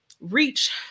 reach